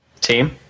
team